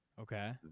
Okay